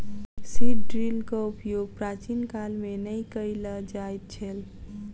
seed ड्रीलक उपयोग प्राचीन काल मे नै कय ल जाइत छल